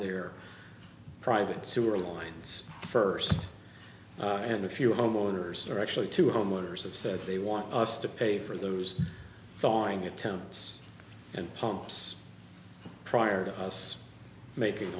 their private sewer lines first and a few homeowners are actually to homeowners have said they want us to pay for those thawing attempts and pumps prior to us making